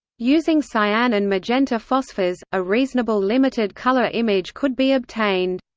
using cyan and magenta phosphors, a reasonable limited-color image could be obtained.